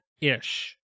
ish